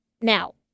Now